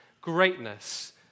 Greatness